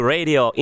Radio